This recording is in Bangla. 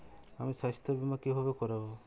আমি স্বাস্থ্য বিমা কিভাবে করাব?